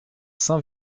saint